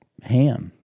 Ham